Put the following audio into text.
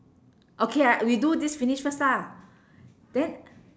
okay ah we do this finish first lah then